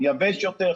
יבש יותר,